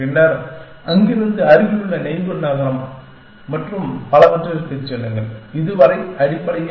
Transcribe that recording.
பின்னர் அங்கிருந்து அருகிலுள்ள நெய்பர் நகரம் மற்றும் பலவற்றிற்குச் செல்லுங்கள் இதுவரை அடிப்படையில்